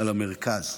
על המרכז.